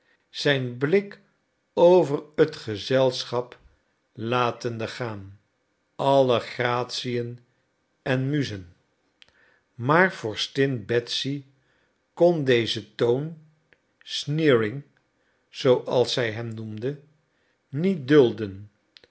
zijn blik over het gezelschap latende gaan alle gratiën en muzen maar vorstin betsy kon dezen toon sneering zooals zij hem noemde niet dulden